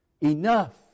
enough